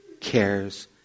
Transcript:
cares